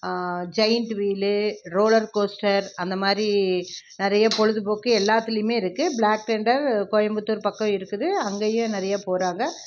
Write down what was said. giant wheel roller coaster அந்த மாதிரி நிறைய பொழுதுபோக்கு எல்லாத்துலேயுமே இருக்குது பிளாக் தெண்டர் கோயும்புத்தூர் பக்கம் இருக்குது அங்கேயே நிறைய போகிறாங்க